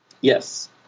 Yes